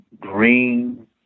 green